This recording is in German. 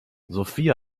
sophie